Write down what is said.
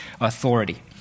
authority